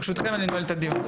אני נועל את הדיון.